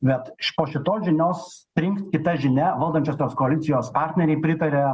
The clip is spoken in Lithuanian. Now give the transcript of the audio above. bet po šitos žinios trink kita žinia valdančiosios koalicijos partneriai pritaria